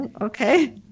Okay